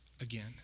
again